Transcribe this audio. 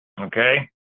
Okay